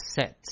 sets